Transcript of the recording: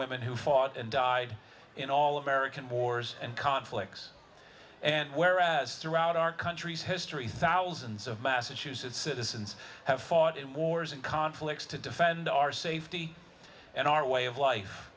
women who fought and died in all of american wars and conflicts and whereas throughout our country's history thousands of massachusetts citizens have fought in wars and conflicts to defend our safety and our way of life